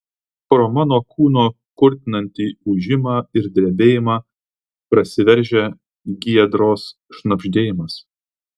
pro mano kūno kurtinantį ūžimą ir drebėjimą prasiveržia giedros šnabždėjimas